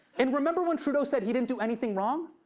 and remember when trudeau said he didn't do anything wrong?